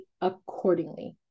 accordingly